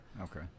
Okay